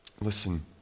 Listen